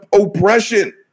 oppression